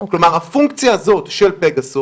כלומר, הפונקציה של פגסוס